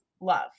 love